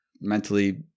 mentally